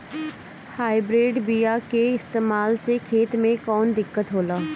Hybrid बीया के इस्तेमाल से खेत में कौन दिकत होलाऽ?